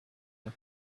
and